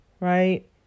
right